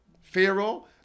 Pharaoh